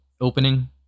opening